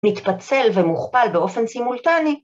‫מתפצל ומוכפל באופן סימולטני.